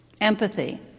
empathy